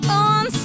on